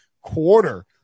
quarter